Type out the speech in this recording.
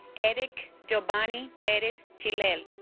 erick jobani perez chilel